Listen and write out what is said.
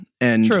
True